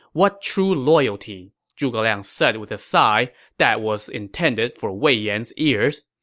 what true loyalty! zhuge liang said with a sigh that was intended for wei yan's ears.